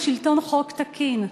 עם שלטון חוק תקין?